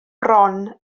bron